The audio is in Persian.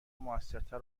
موثرتر